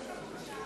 בעד.